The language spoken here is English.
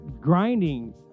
grinding